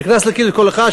נכנס לכיס של כל אחד,